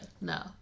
no